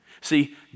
See